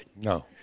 No